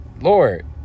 lord